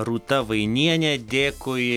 rūta vainienė dėkui